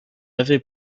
avait